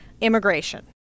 immigration